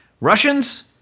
Russians